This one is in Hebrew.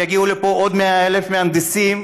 אם יגיעו לפה עוד 100,000 מהנדסים,